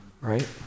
Right